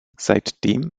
seitdem